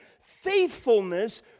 faithfulness